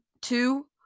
two